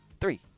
three